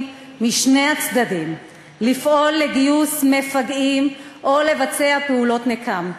משני הצדדים לפעול לגיוס מפגעים או לבצע פעולות נקם.